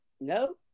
No